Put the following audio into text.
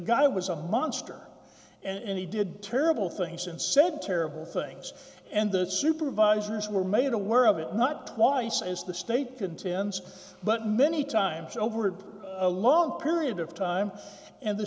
guy was a monster and he did terrible things and said terrible things and the supervisors were made aware of it not twice as the state contends but many times over a long period of time and the